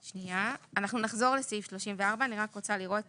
אנחנו נחזור לסעיף 34, אני רק רוצה לראות